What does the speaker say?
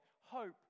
hope